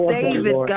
David